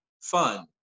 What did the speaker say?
fun